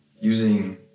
using